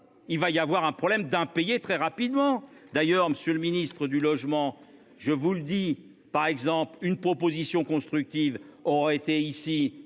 Il va y avoir un problème d'impayé très rapidement d'ailleurs Monsieur le Ministre du logement. Je vous le dis par exemple une proposition constructive, aurait été ici